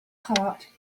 heart